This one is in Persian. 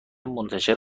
منتشر